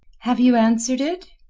have you answered it?